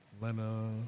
Lena